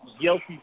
guilty